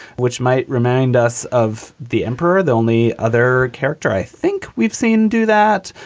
which might remind us of the emperor. the only other character i think we've seen do that,